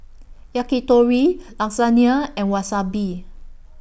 Yakitori Lasagna and Wasabi